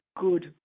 good